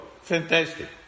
fantastic